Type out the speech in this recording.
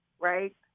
right